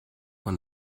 man